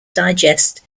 digest